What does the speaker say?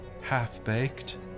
half-baked